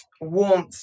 warmth